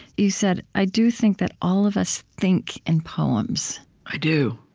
you said, i do think that all of us think in poems. i do.